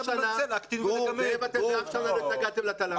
עד עכשיו לא התנגדתם לתל"ן.